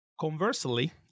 Conversely